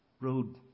road